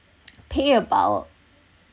pay about